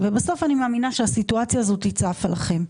ובסוף אני מאמינה שהסיטואציה הזאת צפה לכם.